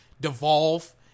devolve